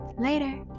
Later